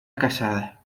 casada